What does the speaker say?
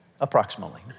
approximately